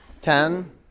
Ten